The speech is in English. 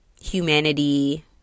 humanity